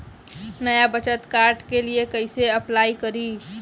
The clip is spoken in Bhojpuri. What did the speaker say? नया बचत कार्ड के लिए कइसे अपलाई करी?